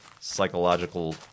psychological